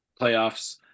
playoffs